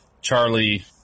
Charlie